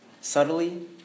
subtly